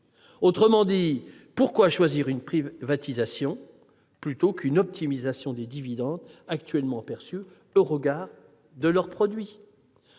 Autrement dit, pourquoi choisir une privatisation plutôt qu'une optimisation des dividendes actuellement perçus, au regard de leur produit ?